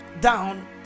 down